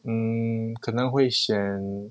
hmm 可能会选